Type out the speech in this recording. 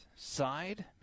Side